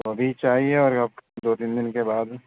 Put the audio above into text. تو ابھی چاہیے اور کیا دو تین دِن کے بعد میں